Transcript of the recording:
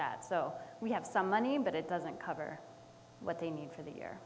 that so we have some money but it doesn't cover what they need for the year